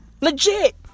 Legit